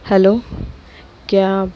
hello क्या आप